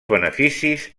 beneficis